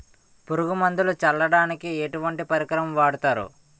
పురుగు మందులు చల్లడానికి ఎటువంటి పరికరం వాడతారు?